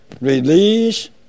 Release